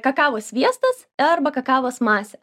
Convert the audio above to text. kakavos sviestas arba kakavos masė